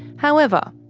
however,